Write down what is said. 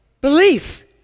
belief